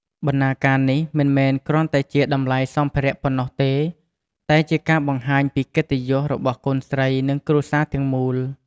បណ្ណាការនេះមិនមែនគ្រាន់តែជាតម្លៃសម្ភារៈប៉ុណ្ណោះទេ តែជាការបង្ហាញពីកិត្តិយស របស់កូនស្រី និងគ្រួសារទាំងមូល។